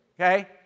okay